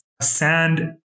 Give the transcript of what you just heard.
sand